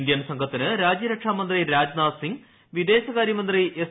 Indian സംഘത്തിന് രാജ്യരക്ഷാമന്ത്രി രാജ്നാഥ് സിങ് വിദേശകാരൃമന്ത്രി എസ്